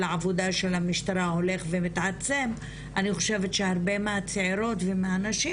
העבודה של המשטרה הולך ומתעצם אני חושבת שהרבה מהצעירות ומהנשים